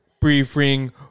briefing